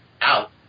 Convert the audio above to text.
out